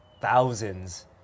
thousands